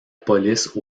police